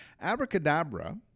abracadabra